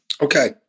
Okay